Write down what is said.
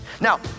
Now